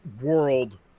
world